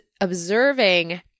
observing